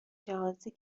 جهازی